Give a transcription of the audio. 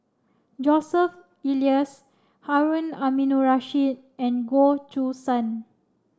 Joseph Elias Harun Aminurrashid and Goh Choo San